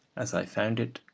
as i found it,